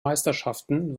meisterschaften